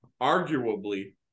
arguably